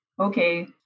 okay